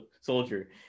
soldier